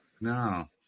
no